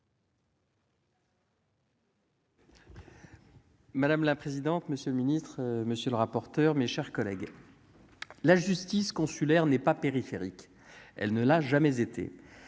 Madame la présidente, monsieur le ministre, monsieur le rapporteur, mes chers collègues, la justice consulaire n'est pas périphérique, elle ne l'a jamais été